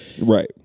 Right